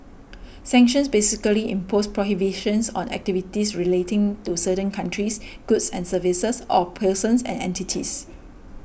sanctions basically impose prohibitions on activities relating to certain countries goods and services or persons and entities